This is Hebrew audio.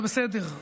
זה בסדר,